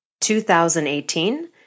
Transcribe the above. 2018